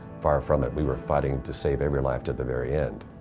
far from it. we were fighting to save every life to the very end.